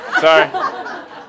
Sorry